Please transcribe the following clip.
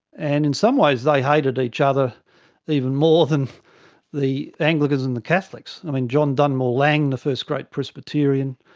and in some ways they hated each other even more than the anglicans and the catholics. i mean, john dunmore lang, the first great presbyterian,